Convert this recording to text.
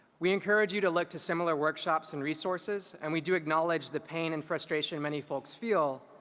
we encourage you to look to similar workshops and resources and we do acknowledge the pain and frustration many folks feel